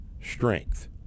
strength